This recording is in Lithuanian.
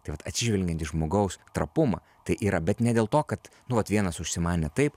tai vat atsižvelgiant į žmogaus trapumą tai yra bet ne dėl to kad nu vat vienas užsimanė taip